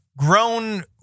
grown